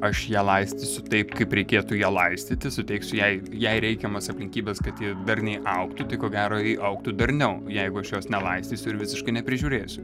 aš ją laistysiu taip kaip reikėtų ją laistyti suteiksiu jai jai reikiamas aplinkybes kad ji darniai augtų tai ko gero ji augtų darniau jeigu aš jos nelaistysiu ir visiškai neprižiūrėsiu